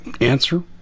Answer